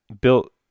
built